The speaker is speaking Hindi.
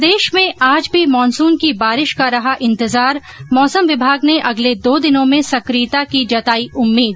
प्रदेश में आज भी मानसून की बारिश का रहा इंतजार मौसम विभाग ने अगले दो दिनों में सक्रियता की जताई उम्मीद